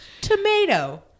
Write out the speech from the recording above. tomato